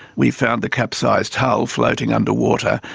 we found the capsized hull floating underwater,